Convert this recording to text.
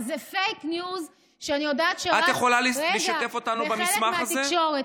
זה פייק ניוז שאני יודעת שרץ בחלק מהתקשורת.